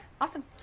awesome